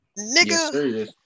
Nigga